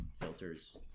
filters